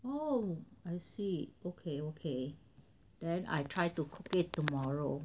oh I see okay okay then I try to cook it tomorrow